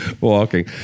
walking